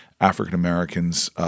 African-Americans